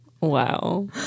wow